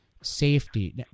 safety